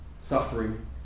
suffering